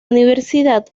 universidad